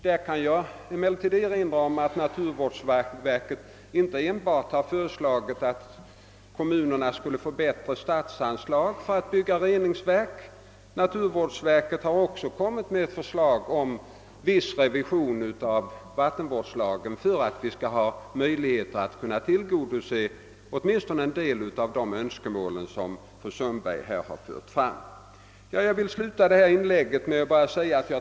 Därvidlag kan jag emellertid erinra om att naturvårdsverket inte enbart har föreslagit att kommunerna skulle få bättre statsanslag för att bygga reningsverk — naturvårdsverket har också framlagt för slag om viss revision av vattenvårdslagen i syfte att tillgodose en del av de önskemål som förts fram och som fru Sundberg uppehöll sig vid.